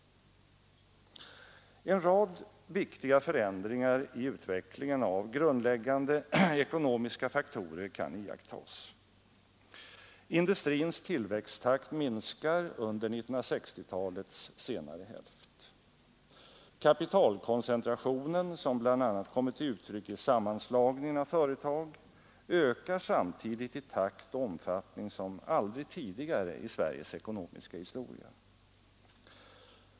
En rad viktiga förändringar i utvecklingen av grundläggande ekono miska faktorer kan iakttas. Industrins tillväxttakt minskar under 1960-talets senaste hälft. Kapitalkoncentrationen, som bl.a. kommer till uttryck i sammanslagningen av företag, ökar samtidigt i takt och omfattning som aldrig tidigare i Sveriges ekonomiska historia.